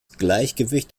gleichgewicht